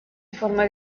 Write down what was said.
forma